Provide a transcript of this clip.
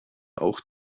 auch